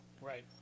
Right